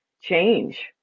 change